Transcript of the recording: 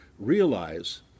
realize